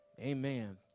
amen